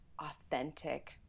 authentic